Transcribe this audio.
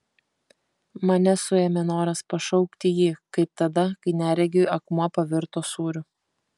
mane suėmė noras pašaukti jį kaip tada kai neregiui akmuo pavirto sūriu